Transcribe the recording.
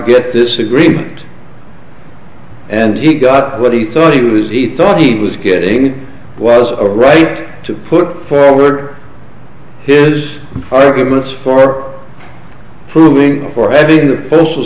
get this agreement and he got what he thought it was he thought he was getting it was a right to put forward the his arguments for proving for having a postal